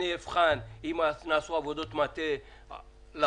אני אבחן אם נעשו עבודות מטה לעומק,